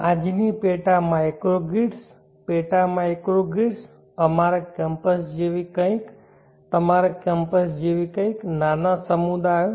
આજની પેટા માઇક્રોગ્રિડ્સ પેટા માઇક્રોગ્રિડ્સ અમારા કેમ્પસ જેવી કંઈક તમારા કેમ્પસ જેવી કંઈક નાના સમુદાયો